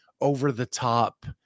over-the-top